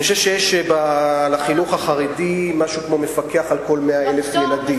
אני חושב שיש לחינוך החרדי משהו כמו מפקח על כל 100,000 ילדים.